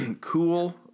Cool